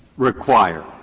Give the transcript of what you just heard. Require